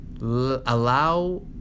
allow